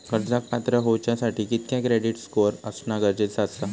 कर्जाक पात्र होवच्यासाठी कितक्या क्रेडिट स्कोअर असणा गरजेचा आसा?